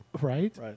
Right